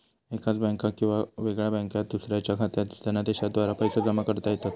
एकाच बँकात किंवा वेगळ्या बँकात दुसऱ्याच्यो खात्यात धनादेशाद्वारा पैसो जमा करता येतत